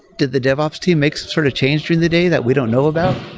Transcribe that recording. did the dev ops team make sort of change during the day that we don't know about?